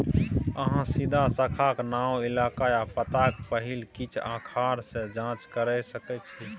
अहाँ सीधा शाखाक नाओ, इलाका या पताक पहिल किछ आखर सँ जाँच कए सकै छी